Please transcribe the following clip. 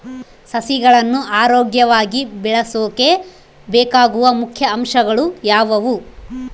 ಸಸಿಗಳನ್ನು ಆರೋಗ್ಯವಾಗಿ ಬೆಳಸೊಕೆ ಬೇಕಾಗುವ ಮುಖ್ಯ ಅಂಶಗಳು ಯಾವವು?